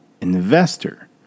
investor